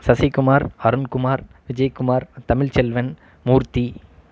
Sasikumar Arunkumar Vijaykumar Tamilselvan Murthy